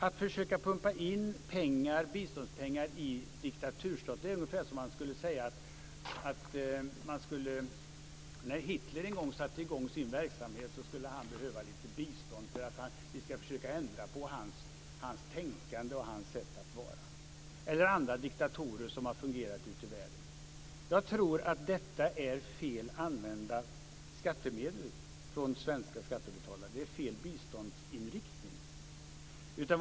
Att försöka pumpa in biståndspengar i en diktaturstat är ungefär som att man skulle säga att Hitler, när han satte i gång sin verksamhet, skulle ha behövt bistånd för att man skulle ha försökt att ändra på hans tänkande och hans sätt att vara. Det gäller även andra diktatorer som har regerat ute i världen. Jag tror att detta är fel sätt att använda skattemedel från svenska skattebetalare. Det är fel biståndsinriktning.